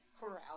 corral